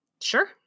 Sure